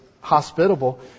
hospitable